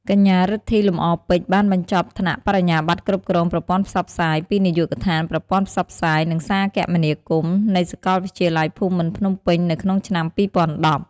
កញ្ញា រិទ្ធី លំអរពេជ្រ បានបញ្ចប់ថ្នាក់ បរិញ្ញាបត្រគ្រប់គ្រងប្រព័ន្ធផ្សព្វផ្សាយ ពីនាយកដ្ឋានប្រព័ន្ធផ្សព្វផ្សាយ និងសារគមនាគមន៍ នៃសាកលវិទ្យាល័យភូមិន្ទភ្នំពេញ នៅក្នុងឆ្នាំ ២០១០។